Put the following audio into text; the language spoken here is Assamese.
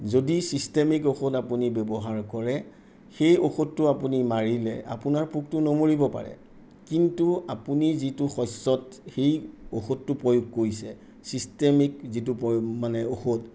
যদি চিষ্টেমিক ঔষধ আপুনি ব্যৱহাৰ কৰে সেই ঔষধটো আপুনি মাৰিলে আপোনাৰ পোকটো নমৰিব পাৰে কিন্তু আপুনি যিটো শস্যত সেই ঔষধটো প্ৰয়োগ কৰিছে চিষ্টেমিক যিটো প মানে ঔষধ